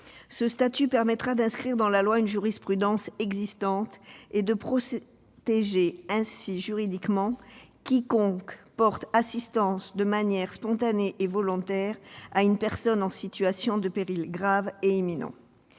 Ce statut permettra d'inscrire dans la loi une jurisprudence existante et de protéger ainsi juridiquement « quiconque porte assistance de manière spontanée et volontaire à une personne en situation de péril grave et imminent